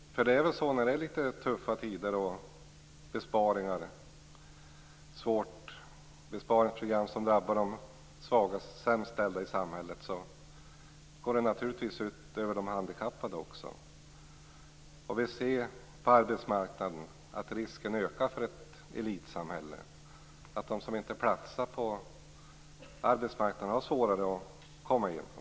När det är tuffa tider, med besparingsprogram som drabbar de sämst ställda i samhället, går det naturligtvis också ut över de handikappade. Vi ser på arbetsmarknaden att risken ökar för ett elitsamhälle, att de som inte platsar på arbetsmarknaden har svårare att komma in där.